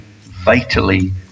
vitally